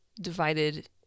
divided